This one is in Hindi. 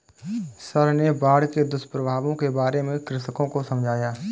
सर ने बाढ़ के दुष्प्रभावों के बारे में कृषकों को समझाया